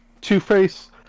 Two-Face